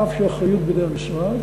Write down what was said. אף שהאחריות בידי המשרד,